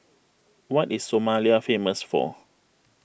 what is Somalia famous for